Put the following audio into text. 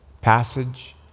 passage